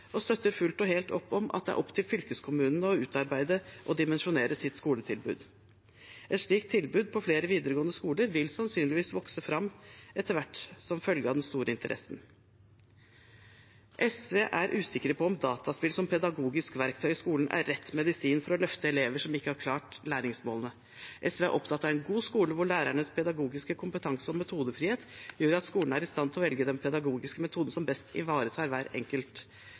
og støtter fullt og helt opp om at det er opp til fylkeskommunen å utarbeide og dimensjonere sitt skoletilbud. Et slikt tilbud på flere videregående skoler vil sannsynligvis vokse fram etter hvert, som følge av den store interessen. SV er usikker på om dataspill som pedagogisk verktøy i skolen er rett medisin for å løfte elever som ikke har klart læringsmålene. SV er opptatt av en god skole, hvor lærernes pedagogiske kompetanse og metodefrihet gjør at skolen er i stand til å velge den pedagogiske metoden som best ivaretar hver enkelt